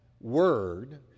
word